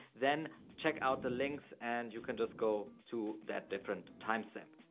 then check out the links and you can just go to that different timestamp.